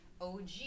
og